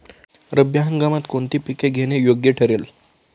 रब्बी हंगामात कोणती पिके घेणे योग्य ठरेल?